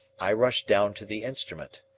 i rushed down to the instrument.